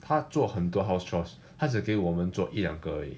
她做很多 house chores 她只给我们做一两个而已